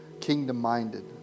kingdom-minded